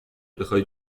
بخوای